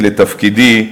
כשנכנסתי לתפקידי,